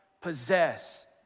possess